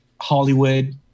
Hollywood